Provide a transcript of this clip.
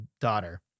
daughter